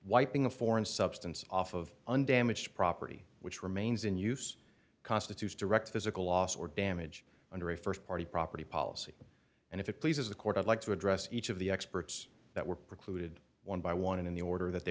wiping a foreign substance off of undamaged property which remains in use constitutes direct physical loss or damage under a st party property policy and if it pleases the court i'd like to address each of the experts that were precluded one by one in the order that they